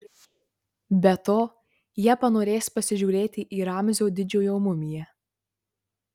be to jie panorės pasižiūrėti į ramzio didžiojo mumiją